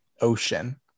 ocean